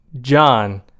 John